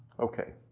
okay.